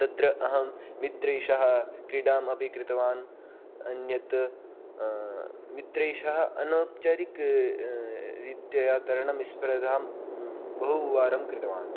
तत्र अहं मित्रैस्सह क्रीडामपि कृतवान् अन्यत् मित्रैस्सह अनौपचारिक रीत्या तरणस्पर्धां बहुवारं कृतवान्